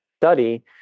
study